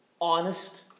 honest